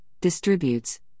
distributes